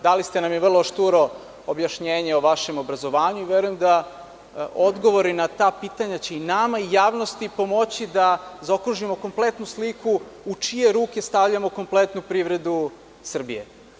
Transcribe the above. Dali ste nam vrlo šturo objašnjenje o vašem obrazovanju i verujem da odgovori na ta pitanja će i nama i javnosti pomoći da zaokružimo kompletnu sliku u čije ruke stavljamo kompletnu privredu Srbije.